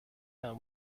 and